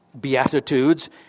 beatitudes